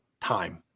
time